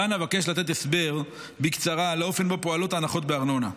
כאן אבקש לתת הסבר בקצרה על האופן שבו פועלות ההנחות בארנונה.